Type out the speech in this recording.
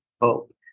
Hope